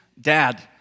dad